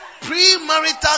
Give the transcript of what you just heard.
pre-marital